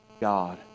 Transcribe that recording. God